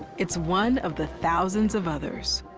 it's one of the thousands of others.